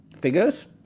figures